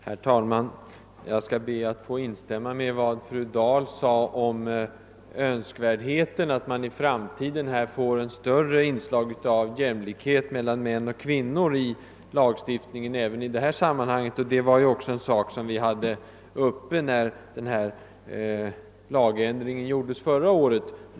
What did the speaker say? Herr talman! Jag skall be att få instämma i vad fru Dahl sade om önskvärdheten av att man i framtiden även skapar en större jämlikhet mellan män och kvinnor i detta sammanhang. Den saken var också uppe när lagändringen gjordes förra året.